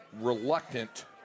reluctant